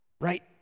Right